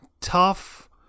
tough